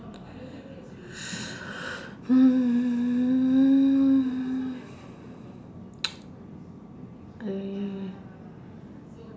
hmm